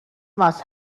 must